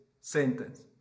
sentence